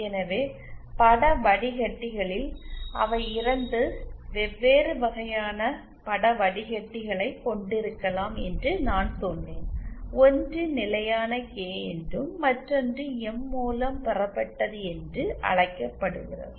எனவே பட வடிகட்டிகளில் அவை இரண்டு வெவ்வேறு வகையான பட வடிகட்டிகளை கொண்டிருக்கலாம் என்று நான் சொன்னேன் ஒன்று நிலையான கே என்றும் மற்றொன்று எம் மூலம் பெறப்பட்டது என்று அழைக்கப்படுகிறது